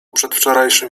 przedwczorajszym